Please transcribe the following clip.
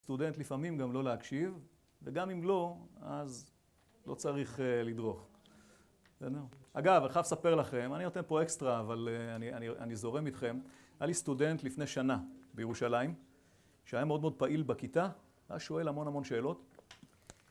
סטודנט לפעמים גם לא להקשיב, וגם אם לא, אז לא צריך לדרוך. בסדר? אגב, אני חייב לספר לכם, אני נותן פה אקסטרה, אבל אני זורם אתכם. היה לי סטודנט לפני שנה בירושלים, שהיה מאוד מאוד פעיל בכיתה, היה שואל המון המון שאלות.